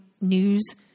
news